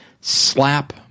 slap